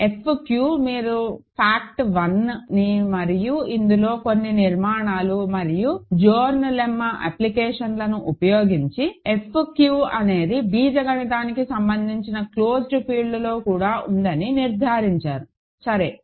F q మీరు fact వన్ని మరియు ఇందులో కొన్ని నిర్మాణాలు మరియు జోర్న్ లెమ్మా అప్లికేషన్లు ఉపయోగించి F q అనేది బీజగణితానికి సంబంధించిన క్లోజ్డ్ ఫీల్డ్లో కూడా ఉందని నిర్ధారించారు సరే